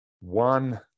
one